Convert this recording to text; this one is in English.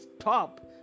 stop